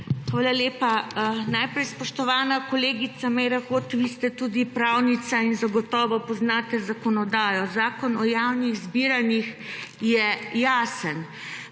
Hvala lepa. Najprej, spoštovana kolegica Meira Hot, vi ste tudi pravnica in zagotovo poznate zakonodajo. Zakon o javnih zbiranjih je jasen.